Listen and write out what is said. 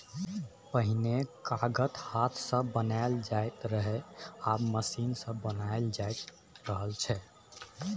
पहिने कागत हाथ सँ बनाएल जाइत रहय आब मशीन सँ बनाएल जा रहल छै